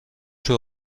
czy